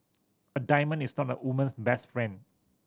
a diamond is not a woman's best friend